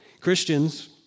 Christians